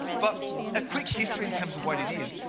but a quick history in terms of what it is,